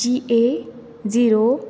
G A zero